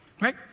right